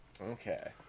Okay